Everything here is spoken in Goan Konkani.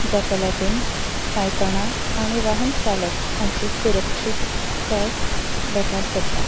जाका लागून पायतणां आनी वाहन चालक हाची सुरक्षीक काय धोक्यांत पडटा